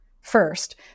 First